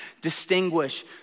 distinguish